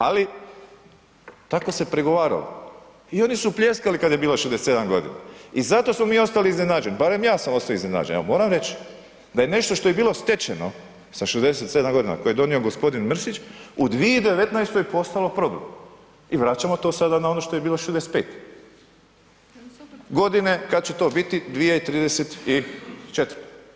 Ali tako se pregovaralo i oni su pljeskali kad je bilo 67 g. i zato smo mi ostali iznenađeni, barem ja sam ostao iznenađen, evo moram reć, da je nešto što je bilo stečeno sa 67 g. koje je donio g. Mrsić, u 2019. postalo problem i vraćamo to sada na ono što je bilo 65 godina, kad će to biti, 2034.